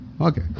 Okay